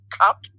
cup